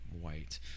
white